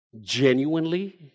genuinely